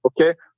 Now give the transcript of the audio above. Okay